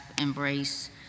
embrace